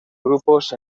grupos